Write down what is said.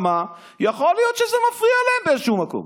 כי יכול להיות שזה מפריע להן באיזשהו מקום.